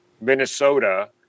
Minnesota